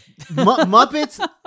Muppets